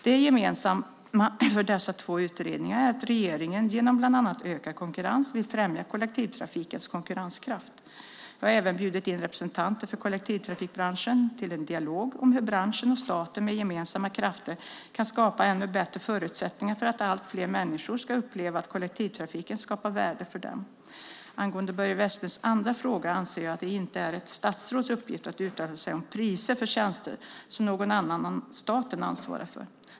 Det gemensamma för dessa två utredningar är att regeringen, genom bland annat ökad konkurrens, vill främja kollektivtrafikens konkurrenskraft. Jag har även bjudit in representanter för kollektivtrafikbranschen till en dialog om hur branschen och staten med gemensamma krafter kan skapa ännu bättre förutsättningar för att allt fler människor ska uppleva att kollektivtrafiken skapar värde för dem. Angående Börje Vestlunds andra fråga anser jag att det inte är ett statsråds uppgift att uttala sig om priset för tjänster som någon annan än staten ansvarar för.